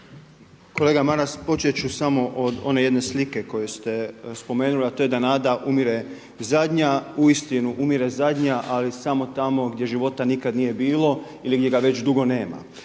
Kolega Maras, počet ću samo od one jedne slike koju ste spomenuli, a to je da nada umire zadnja. Uistinu umire zadnja, ali samo tamo gdje života nikada nije bilo ili ga već dugo nema.